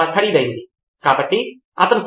శ్యామ్ పాల్ ప్రతిదానిని అది ధృవీకరిస్తోంది